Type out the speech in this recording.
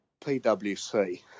PwC